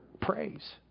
Praise